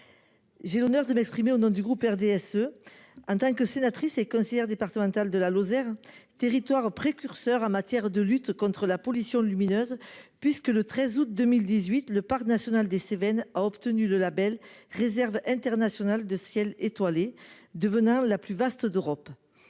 J'ai l'honneur de m'exprimer au nom du groupe RDSE. En tant que sénatrice et conseillère départementale de la Lozère territoire précurseur en matière de lutte contre la pollution lumineuse puisque le 13 août 2018, le parc national des Cévennes a obtenu de la belle réserve internationale de ciel étoilé, devenant la plus vaste d'Europe.